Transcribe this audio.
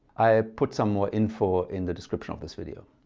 i put some more info in the description of this video.